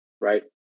right